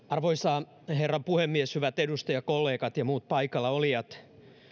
arvoisa herra puhemies hyvät edustajakollegat ja muut paikalla olijat